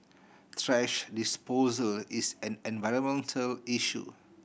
thrash disposal is an environmental issue